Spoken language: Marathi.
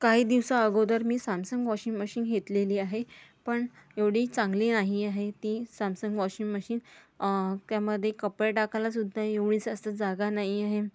काही दिवसाअगोदर मी सॅमसंग वॉशिंग मशीन घेतलेली आहे पण एवढी चांगली नाही आहे ती सॅमसंग वॉशिंग मशीन त्यामध्ये कपडे टाकायलासुद्धा एवढी जास्त जागा नाही आहे